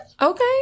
Okay